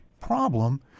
problem